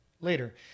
later